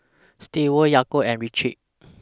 Stewart Yaakov and Richie